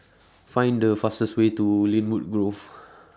Find The fastest Way to Lynwood Grove